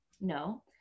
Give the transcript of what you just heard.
no